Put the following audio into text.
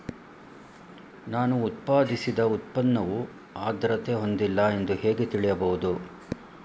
ನಾನು ಉತ್ಪಾದಿಸಿದ ಉತ್ಪನ್ನವು ಆದ್ರತೆ ಹೊಂದಿಲ್ಲ ಎಂದು ಹೇಗೆ ತಿಳಿಯಬಹುದು?